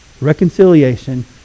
Reconciliation